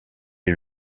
est